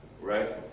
right